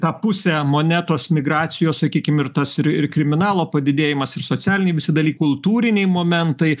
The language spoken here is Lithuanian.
tą pusę monetos migracijos sakykime ir tas ir ir kriminalo padidėjimas ir socialiniai visi dalykai kultūriniai momentai